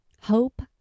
hope